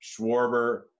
Schwarber